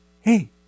hey